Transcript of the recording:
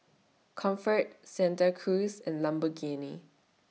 Comfort Santa Cruz and Lamborghini